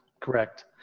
Correct